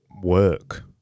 work